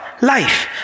life